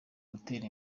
gutera